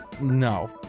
no